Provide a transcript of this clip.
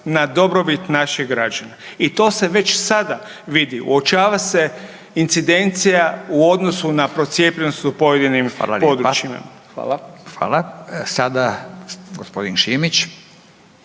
na dobrobit naših građana i to se već sada vidi. Uočava se incidencija u odnosu na procijepljenost u pojedinim područjima. Hvala. **Radin, Furio